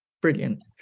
brilliant